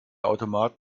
automat